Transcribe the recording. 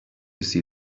see